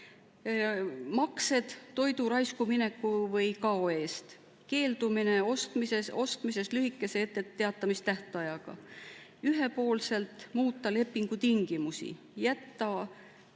maksed toidu raiskumineku või kao eest, keeldumine ostmisest lühikese etteteatamistähtajaga. [Lubatud ei ole] ühepoolselt muuta lepingutingimusi, jätta